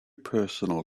personal